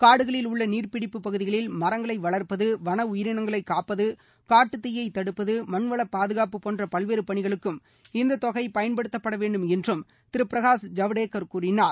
காடுகளில் உள்ள நீர்பிடிப்பு பகுதிகளில் மரங்களை வளர்ப்பது வன உயிரினங்களை காப்பது காட்டுத்தீயை தடுப்பது மண்வளப்பாதுகாப்பு போன்ற பல்வேறு பணிகளுக்கும் இந்த தொகை பயன்படுத்தவேண்டும் என்றும் திரு பிரகாஷ் ஜவடேகர் கூறினார்